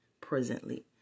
presently